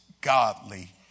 godly